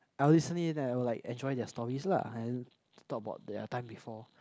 I will listen in and I will enjoy their story lah and talk about their time before